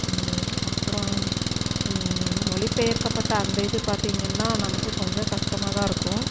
அப்புறம் மொழிப்பெயர்க்கப்பட்ட அந்த இது பார்த்திங்கன்னா நமக்குக் கொஞ்சம் கஷ்டமாக தான் இருக்கும்